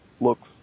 looks